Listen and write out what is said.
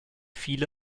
viele